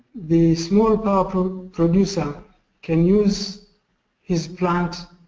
the small power um producer can use his plant